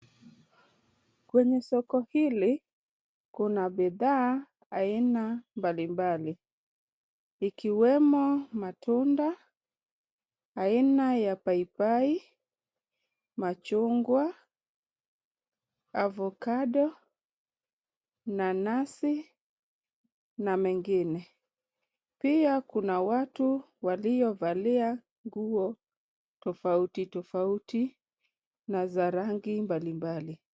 Kwenye soko hili kuna bidhaa aina mbalimbali, ikiwemo matunda aina ya paipai, machungwa ovacado , nanasi na mengine. Pia kuna watu waliovalia nguo tofauti tofauti na za rangi mbalimbali.